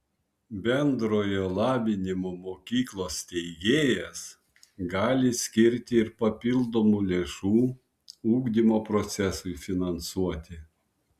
bendrojo lavinimo mokyklos steigėjas gali skirti ir papildomų lėšų ugdymo procesui finansuoti